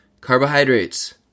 Carbohydrates